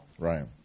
Right